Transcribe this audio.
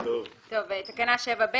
לפי סעיף 5,